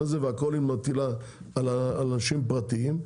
הזה והכל היא מטילה על אנשים פרטיים,